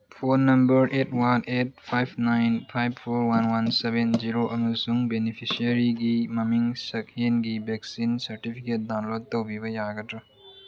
phone number eight one eight five nine five four one one seven zero ꯑꯃꯁꯨꯡ ꯕꯦꯅꯤꯐꯤꯁꯔꯤꯒꯤ ꯃꯃꯤꯡ ꯁꯛꯍꯦꯟꯒꯤ vaccine certificate download ꯇꯧꯕꯤꯕ ꯌꯥꯒꯗ꯭ꯔ